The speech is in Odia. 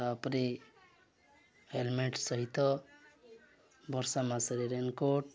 ତାପରେ ହେଲମେଟ୍ ସହିତ ବର୍ଷା ମାସରେ ରେନକୋଟ୍